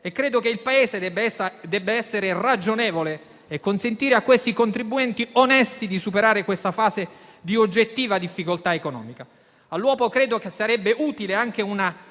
Credo che il Paese debba essere ragionevole e consentire a questi contribuenti onesti di superare l'attuale fase di oggettiva difficoltà economica. All'uopo, credo che sarebbe utile anche la